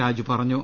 രാജു പറഞ്ഞു